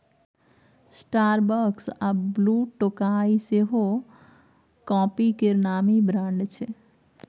Starbucks आ ब्लुटोकाइ सेहो coffee केर नामी ब्रांड छै